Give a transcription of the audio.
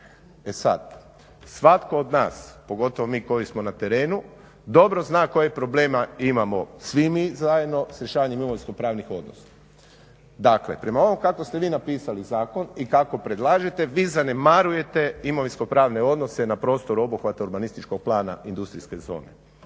E sad, svatko od nas, pogotovo mi koji smo na terenu, dobro zna kojih problema imamo svi mi zajedno s rješavanjem imovinsko-pravnih odnosa. Dakle, prema ovom kako ste vi napisali zakon i kako predlažete vi zanemarujete imovinsko-pravne odnose na prostoru obuhvata urbanističkog plana industrijske zone.